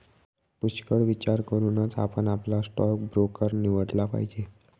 पुष्कळ विचार करूनच आपण आपला स्टॉक ब्रोकर निवडला पाहिजे